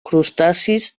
crustacis